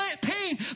pain